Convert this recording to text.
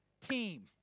team